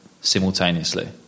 simultaneously